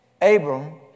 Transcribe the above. Abram